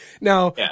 Now